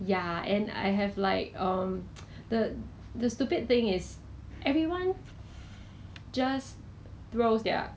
then actually hor 你的 actions reminds me of when I'm in primary school I don't know why I have a lot of key chains